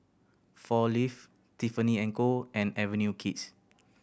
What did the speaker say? Four Leaves Tiffany and Co and Avenue Kids